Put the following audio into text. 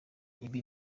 ibi